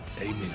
amen